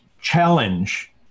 challenge